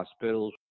hospitals